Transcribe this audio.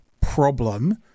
problem